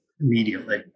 immediately